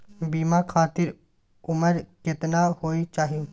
बीमा खातिर उमर केतना होय चाही?